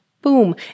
Boom